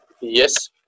yes